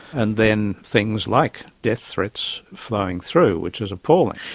and then things like death threats flowing through, which is appalling.